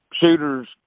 Shooters